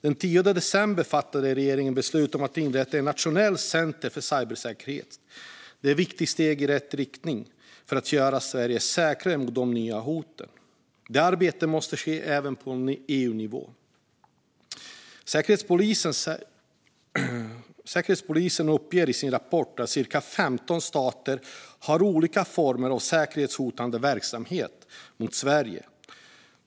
Den 10 december fattade regeringen beslut om att inrätta ett nationellt center för cybersäkerhet. Det är ett viktigt steg i rätt riktning för att göra Sverige säkrare mot de nya hoten. Detta arbete måste ske även på EU-nivå. Säkerhetspolisen uppger i sin rapport att cirka 15 stater har olika former av säkerhetshotande verksamhet mot Sverige.